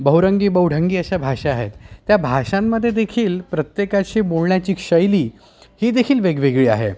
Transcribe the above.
बहुरंगी बहुढंगी अशा भाषा आहेत त्या भाषांमध्ये देखील प्रत्येकाशी बोलण्याची शैली ही देखील वेगवेगळी आहे